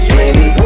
baby